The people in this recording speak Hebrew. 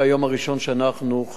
מהיום הראשון שאנחנו,